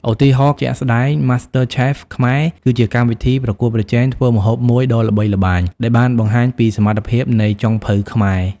ឧទាហរណ៍ជាក់ស្ដែង MasterChef Khmerគឺជាកម្មវិធីប្រកួតប្រជែងធ្វើម្ហូបមួយដ៏ល្បីល្បាញដែលបានបង្ហាញពីសមត្ថភាពនៃចុងភៅខ្មែរ។